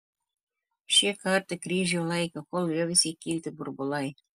šį kartą kryžių laikė kol liovėsi kilti burbulai